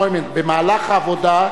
במהלך העבודה,